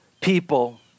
people